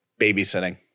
babysitting